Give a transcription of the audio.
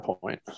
point